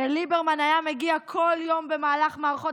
הרי ליברמן היה מגיע כל יום במהלך מערכות